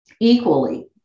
equally